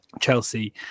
Chelsea